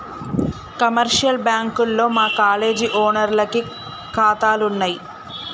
commercial బ్యాంకుల్లో మా college ఓనర్లకి కాతాలున్నయి